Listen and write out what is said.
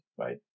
right